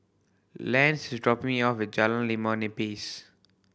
Lance is dropping me off Jalan Limau Nipis